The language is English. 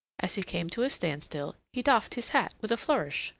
as he came to a standstill, he doffed his hat, with a flourish,